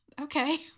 Okay